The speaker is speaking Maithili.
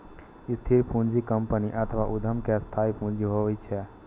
स्थिर पूंजी कंपनी अथवा उद्यम के स्थायी पूंजी होइ छै